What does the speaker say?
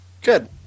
Good